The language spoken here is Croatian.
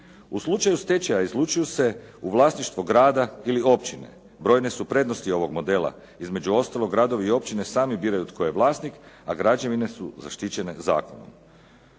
U slučaju stečaja izlučuju se u vlasništvo grada ili općine. Brojne su prednosti ovog modela. Između ostalog gradovi i općine sami biraju tko je vlasnik, a građevine su zaštićene zakonom.